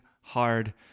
hard